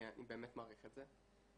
אני באמת מעריך את זה.